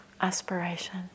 aspiration